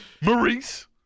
Maurice